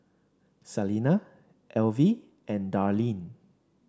Salina Elvie and Darlene